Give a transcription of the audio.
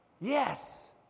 Yes